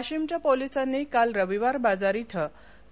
वाशिमचे पोलीसांनी काल रविवार बाजार इथे